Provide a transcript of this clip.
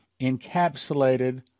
encapsulated